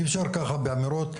אי אפשר ככה באמירות,